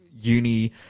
uni